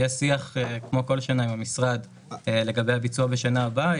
יהיה שיח כמו כל שנה עם המשרד לגבי הביצוע בשנה הבאה.